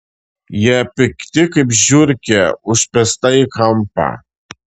jie pikti kaip žiurkė užspęsta į kampą